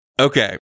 Okay